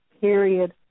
period